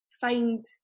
find